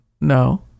no